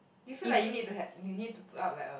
you feel like you need to had you need to put up like a